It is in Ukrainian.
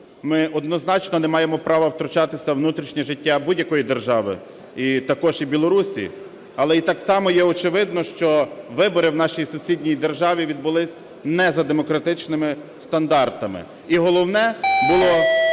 Ми однозначно не маємо права втручатися в внутрішнє життя будь-якої держави і також і Білорусі. Але і так само є очевидним, що вибори в нашій сусідній державі відбулись не за демократичними стандартами, і головне було